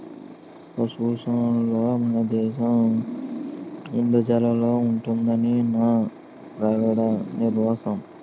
పశుపోషణలో మనదేశం ముందంజలో ఉంటుదని నా ప్రగాఢ విశ్వాసం